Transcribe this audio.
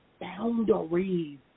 boundaries